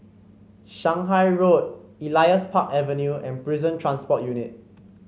Shanghai Road Elias Park Avenue and Prison Transport Unit